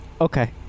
Okay